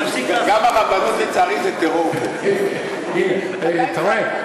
גם הרבנות, לצערי, זה טרור, אתה רואה?